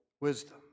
wisdom